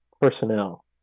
personnel